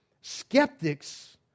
skeptics